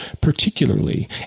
particularly